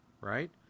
right